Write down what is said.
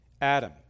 Adam